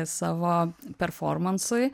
savo performansui